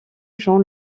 jean